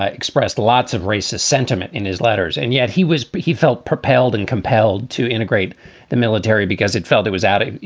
ah expressed lots of racist sentiment in his letters. and yet he was he felt propelled and compelled to integrate the military because it felt it was at it,